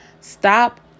Stop